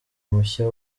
mushya